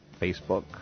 Facebook